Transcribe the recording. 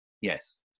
Yes